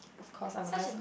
cause I'm a nice